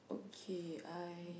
okay I